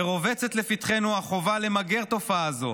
ורובצת לפתחנו החובה למגר תופעה זו.